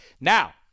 now